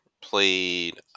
played